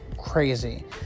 crazy